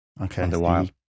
Okay